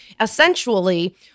essentially